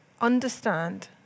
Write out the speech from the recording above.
understand